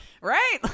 Right